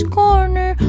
corner